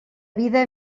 vida